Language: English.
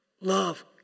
Love